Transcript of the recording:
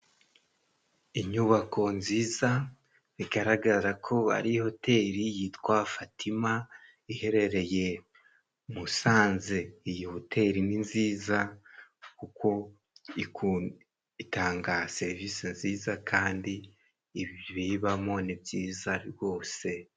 Inyubako nziza bigaragara ko ari hoteli yitwa fatima iherereye musanze iyi hoteli ninziza kuko iku itanga serivisi nziza kandi ibibamo ni byiza rwose.